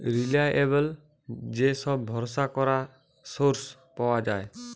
reliable যে সব ভরসা করা সোর্স পাওয়া যায়